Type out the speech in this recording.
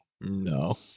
No